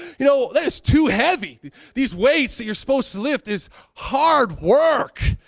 you know, that is too heavy. these weights that you're supposed to lift is hard work.